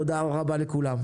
תודה רבה לכולם.